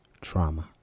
trauma